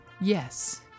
Yes